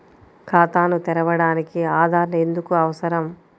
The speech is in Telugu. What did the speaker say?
ఖాతాను తెరవడానికి ఆధార్ ఎందుకు అవసరం?